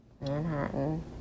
Manhattan